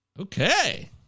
Okay